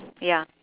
ya